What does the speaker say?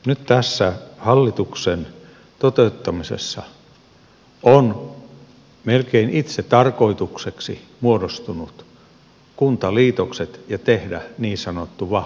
nyt tässä hallituksen toteuttamisessa ovat melkein itsetarkoitukseksi muodostuneet kuntaliitokset ja niin sanottu vahva peruskunta